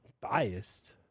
Biased